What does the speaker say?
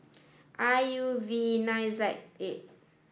I U V nine Z eight